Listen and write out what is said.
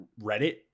Reddit